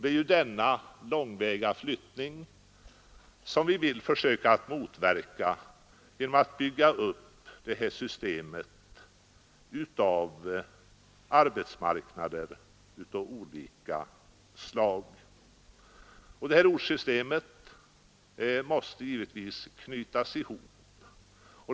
Det är för att motverka sådan långväga flyttning som vi vill försöka bygga upp systemet med arbetsmarknader av olika slag, och dessa ortssystem måste givetvis knytas samman.